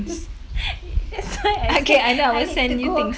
that's why I say I need to go